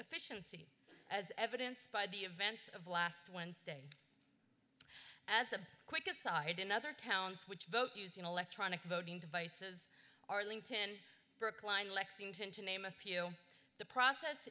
efficiency as evidence by the events of last wednesday as a quick aside in other towns which vote using electronic voting devices arlington brookline lexington to name a few the process